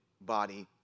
body